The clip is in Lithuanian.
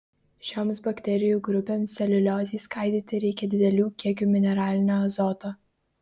šioms bakterijų grupėms celiuliozei skaidyti reikia didelių kiekių mineralinio azoto